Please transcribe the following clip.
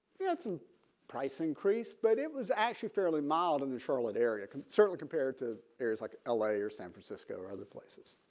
yeah it's a price increase but it was actually fairly mild in the charlotte area certainly compared to areas like l a. or san francisco or other places.